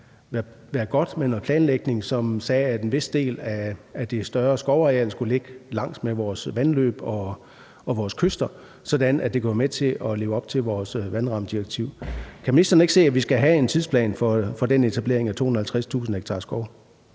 være godt med noget planlægning, som sagde, at en vis del af det større skovareal skulle ligge langs med vores vandløb og vores kyster, sådan at det kunne være med til at leve op til vores vandrammedirektiv. Kan ministeren ikke se, at vi skal have en tidsplan for den etablering af 250.000 ha skov?